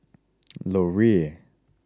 Laurier